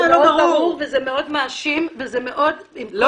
זה מאוד ברור וזה מאוד מאשים ועם כל הכבוד --- לא,